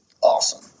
awesome